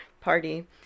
party